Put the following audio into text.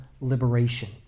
liberation